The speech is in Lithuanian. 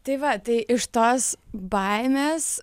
tai va tai iš tos baimės